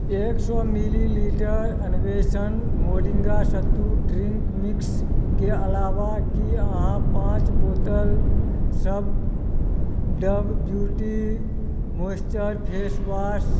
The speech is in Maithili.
एक सए मिलीलिटर अन्वेषण मोडिङ्गा सत्तु ड्रिङक मिक्सके अलावा की अहाँ पाँच बोतलसभ डब ब्युटी मोआइश्चर फेस वाश